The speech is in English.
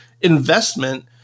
investment